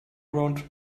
around